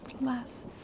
Less